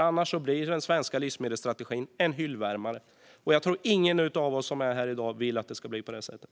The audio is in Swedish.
Annars blir den svenska livsmedelsstrategin en hyllvärmare. Jag tror att ingen av oss som är här i dag vill att det ska bli på det sättet.